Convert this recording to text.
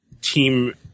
team